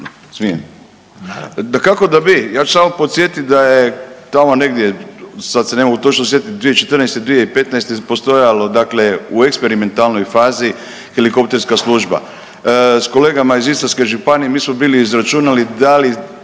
Dakako da bi. Ja ću samo podsjetiti da je tamo negdje da se ne mogu točno sjetiti 2014., 2015. postojalo dakle u eksperimentalnoj fazi helikopterska služba. Sa kolegama iz Istarske županije mi smo bili izračunali da li